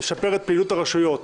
פעילות הרשויות